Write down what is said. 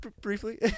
briefly